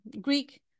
greek